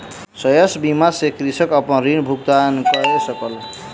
शस्य बीमा सॅ कृषक अपन ऋण भुगतान कय सकल